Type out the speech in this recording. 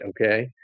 okay